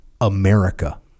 America